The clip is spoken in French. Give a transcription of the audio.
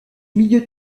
milieu